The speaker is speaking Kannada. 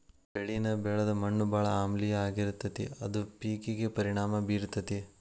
ಬೆಳಿನ ಬೆಳದ ಮಣ್ಣು ಬಾಳ ಆಮ್ಲೇಯ ಆಗಿರತತಿ ಅದ ಪೇಕಿಗೆ ಪರಿಣಾಮಾ ಬೇರತತಿ